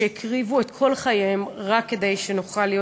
שהקריבו את חייהם רק כדי שנוכל להיות,